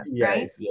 right